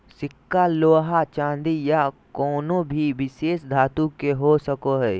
सिक्का लोहा चांदी या कउनो भी विशेष धातु के हो सको हय